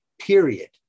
period